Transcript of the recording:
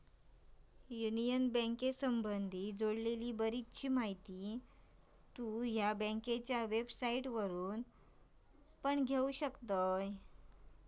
union बँकेसंबधी जोडलेली बरीचशी माहिती तु ह्या बँकेच्या वेबसाईटवरना पण घेउ शकतस